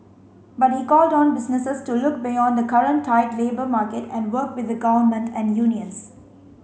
but he called on businesses to look beyond the current tight labour market and work with the Government and unions